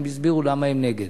הם הסבירו למה הם נגד,